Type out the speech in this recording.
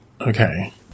Okay